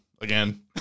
again